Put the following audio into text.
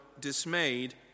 dismayed